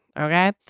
Okay